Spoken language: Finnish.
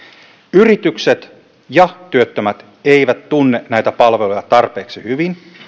yritykset ja työttömät eivät tunne näitä palveluja tarpeeksi hyvin